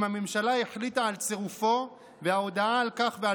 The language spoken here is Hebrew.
אם הממשלה החליטה על צירופו וההודעה על כך ועל